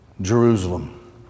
Jerusalem